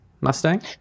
Mustang